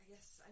Yes